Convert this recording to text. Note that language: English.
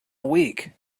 week